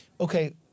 okay